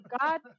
God